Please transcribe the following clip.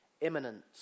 imminent